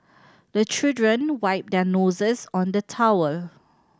the children wipe their noses on the towel